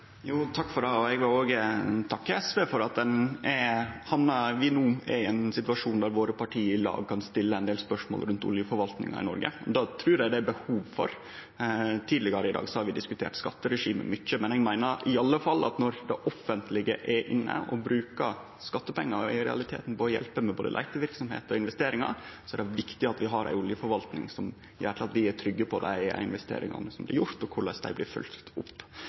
Takk for det, og eg vil òg takke SV for at vi no har hamna i ein situasjon der partia våre i lag kan stille ein del spørsmål rundt oljeforvaltinga i Noreg. Det trur eg det er behov for. Tidlegare i dag har vi diskutert skatteregimet mykje, men eg meiner iallfall at når det offentlege er inne og i realiteten brukar skattepengar på å hjelpe til med både leiteverksemd og investeringar, er det viktig at vi har ei oljeforvalting som gjer at vi er trygge på dei investeringane som blir gjorde, og korleis dei blir følgde opp.